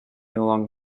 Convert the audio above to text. along